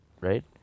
right